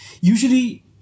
Usually